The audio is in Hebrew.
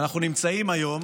ואנחנו נמצאים היום